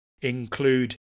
include